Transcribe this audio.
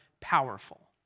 powerful